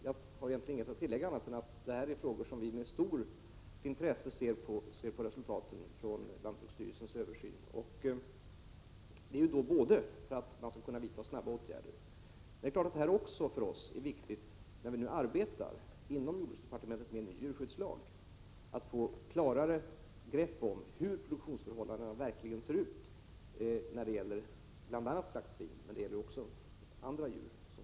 Jag har egentligen ingenting annat att tillägga än att vi med stort intresse skall ta del av resultaten av lantbruksstyrelsens översyn, både för att det bör vidtas snabba åtgärder och för att det är viktigt, när vi nu inom jordbruksdepartementet arbetar med en ny djurskyddslag, att få klarare begrepp om hur produktionsförhållandena ser ut när det gäller bl.a. slaktsvin men också andra slaktdjur.